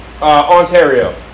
Ontario